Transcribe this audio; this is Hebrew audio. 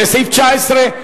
לסעיף 19,